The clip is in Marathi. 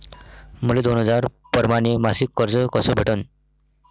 मले दोन हजार परमाने मासिक कर्ज कस भेटन?